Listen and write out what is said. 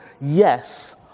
yes